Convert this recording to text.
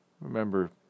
Remember